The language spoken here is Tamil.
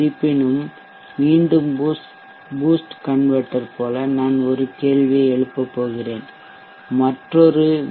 இருப்பினும் மீண்டும் பூஸ்ட் கன்வெர்ட்டர் போல நான் ஒரு கேள்வியை எழுப்பப் போகிறேன் மற்றொரு வி